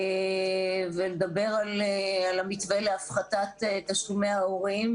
ולדבר על המתווה להפחתת תשלומי ההורים,